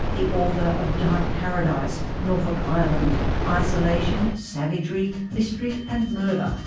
the author of dark paradise norfolk island isolation, savagery, mystery and murder.